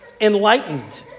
Enlightened